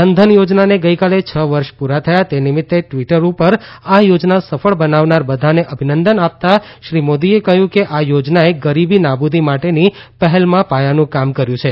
જનધન યોજનાને ગઇકાલે છ વર્ષ પૂરા થયા તે નિમિત્તે ટ્વિટર ઉપર આ યોજના સફળ બનાવનાર બધાને અભિનંદન આપતાં શ્રી મોદીએ કહ્યું કે આ યોજનાએ ગરીબી નાબૂદી માટેની પહેલ માં પાયાનું કામ કર્યું છે